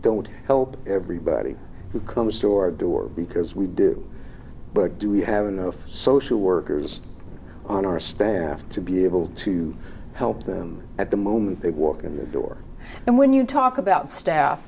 don't help everybody who comes to our door because we do but do we have enough social workers on our staff to be able to help them at the moment they walk in the door and when you talk about